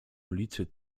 ulicy